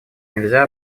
нельзя